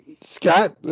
Scott